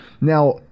Now